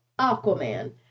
Aquaman